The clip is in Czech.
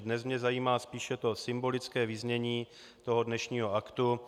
Dnes mě zajímá spíše symbolické vyznění dnešního aktu.